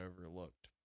overlooked